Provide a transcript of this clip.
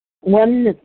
one